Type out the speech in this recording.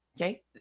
okay